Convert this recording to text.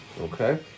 Okay